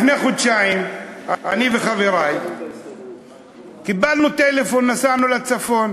לפני חודשיים אני וחברי קיבלנו טלפון ונסענו לצפון,